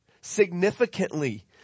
significantly